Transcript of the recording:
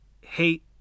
hate